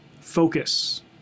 focus